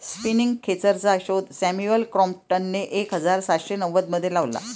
spinning खेचरचा शोध Samuel क्रॉम्प्टनने एक हजार सातशे नव्वदमध्ये लावला